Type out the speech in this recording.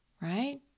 Right